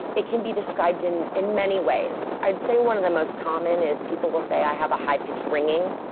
it can be described in in many ways. i'd say one of the most common is people will say, i have a high pitched ringing.